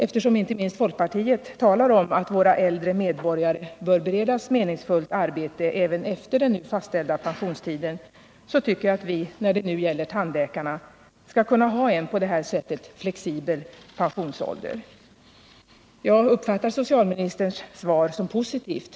Eftersom inte minst folkpartiet talar om att våra äldre medborgare bör beredas meningsfullt arbete även efter den nu fastställda pensionsåldern, tycker jag att vi när det gäller tandläkarna borde kunna ha en flexibel pensionsålder. Jag uppfattar socialministerns svar som positivt.